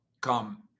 come